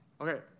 Okay